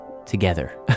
together